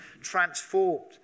transformed